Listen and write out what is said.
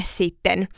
sitten